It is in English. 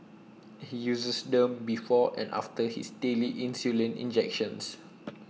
he uses them before and after his daily insulin injections